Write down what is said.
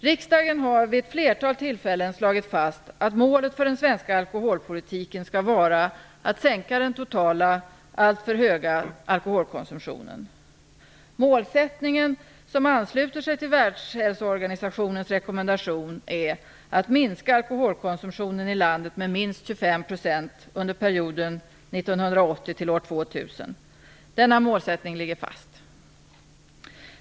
Riksdagen har vid det ett flertal tillfällen slagit fast att målet för den svenska alkoholpolitiken skall vara att sänka den totala alltför höga alkoholkonsumtionen. Målsättningen, som ansluter sig till Världshälsoorganisationens rekommendation, är att minska alkoholkonsumtionen i landet med minst 25 % under perioden från år 1980 till år 2000. Denna målsättning ligger fast.